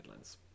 guidelines